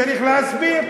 צריך להסביר.